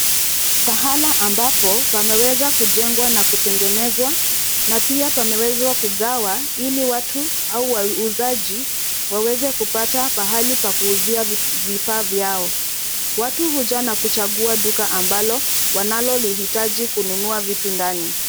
Pahala ambapo pameweza kujengwa na kutengeneza na pia pamewezwa kugauwa ili watu au wauzaji kupata mahali pa kuuzia vifaa vyao. Watu huja na kuchagua duka ambalo wanalolihitaji kununua vitu ndani.